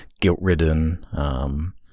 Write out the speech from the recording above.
guilt-ridden